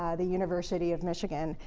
ah the university of michigan,